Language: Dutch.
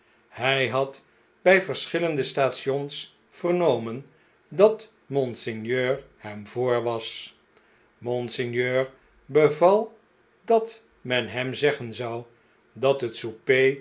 hij had bij verschillende stations vernomen dat monseigneur hem voor was monseigneur beval dat men hem zeggen zou dat het